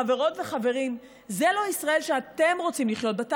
חברות וחברים, זה לא ישראל שאתם רוצים לחיות בה.